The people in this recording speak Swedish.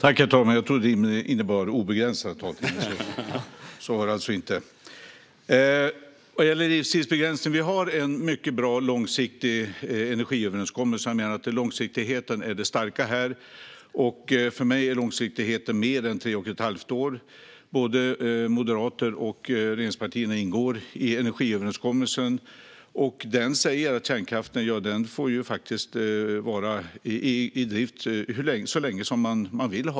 Herr talman! Vad gäller livstidsbegränsning har vi en mycket bra långsiktig energiöverenskommelse. Jag menar att långsiktigheten är det starka här, och för mig handlar det om mer än tre och ett halvt år. Både moderater och regeringspartierna ingår i energiöverenskommelsen, och den säger att kärnkraften får vara i drift så länge man vill.